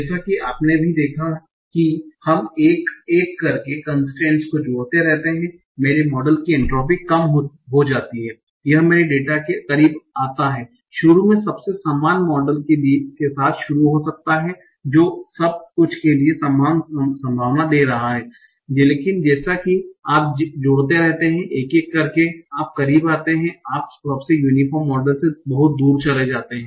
जैसा कि आपने भी देखा कि हम एक एक करके कन्स्ट्रेन्ट को जोड़ते रहते हैं मेरे मॉडल की एंट्रोपी कम हो जाती है यह मेरे डेटा के करीब आता है शुरू में सबसे समान मॉडल के साथ शुरू हो सकता है जो सब कुछ के लिए समान संभावना दे रहा है लेकिन जैसा कि आप जोड़ते रहते हैं एक एक करके आप करीब आते हैं आप सबसे यूनीफोर्म मॉडल से बहुत दूर चले जाते हैं